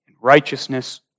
Righteousness